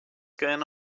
going